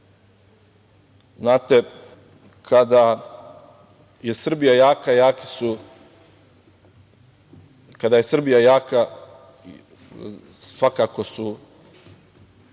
Znate, kada je Srbija jaka, svakako su